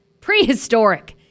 prehistoric